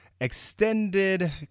extended